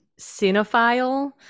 cinephile